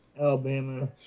Alabama